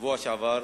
בשבוע שעבר